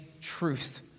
truth